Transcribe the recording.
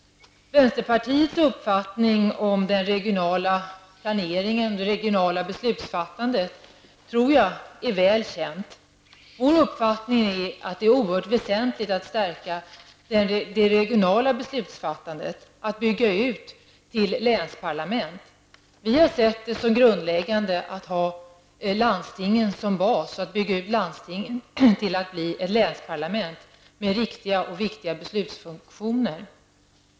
Vänsterpartiets uppfattning om den regionala planeringen och det regionala beslutsfattandet tror jag är väl känd. Vår uppfattning är att det är oerhört väsentligt att stärka det regionala beslutsfattandet och att bygga ut länsparlament. Vi har sett det som grundläggande att man har landstingen som bas och att man bygger ut landstingen till att bli länsparlament med riktiga och viktiga beslutsfunktioner.